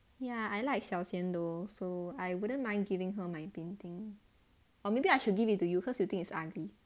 ya I like 小仙 though so I wouldn't mind giving her my painting or maybe I should give it to you because you think it's ugly